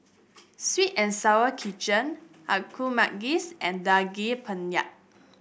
sweet and Sour Chicken a Kuih Manggis and Daging Penyet